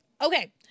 Okay